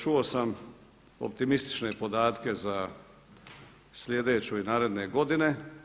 Čuo sam optimistične podatke za sljedeću i naredne godine.